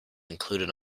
included